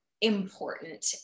important